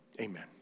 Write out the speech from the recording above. Amen